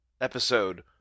episode